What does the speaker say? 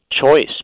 choice